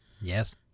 Yes